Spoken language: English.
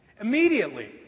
Immediately